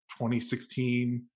2016